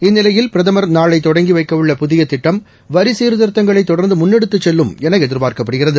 இந்நிலையில் நாளைதொடங்கிவைக்கவுள்ள புதியதிட்டம் பிரதமர் வரிசீர்திருத்தங்களைதொடர்ந்துமுன்னெடுத்துச் செல்லும் எனஎதிர்பார்க்கப்படுகிறது